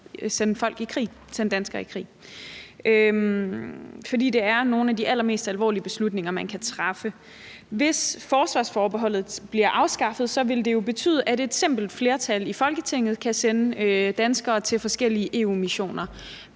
sende folk i krig, sende danskere i krig, fordi det er nogle af de allermest alvorlige beslutninger, man kan træffe. Hvis forsvarsforbeholdet bliver afskaffet, vil det jo betyde, at et simpelt flertal i Folketinget kan sende danskere til forskellige EU-missioner.